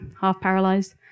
half-paralyzed